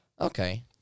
Okay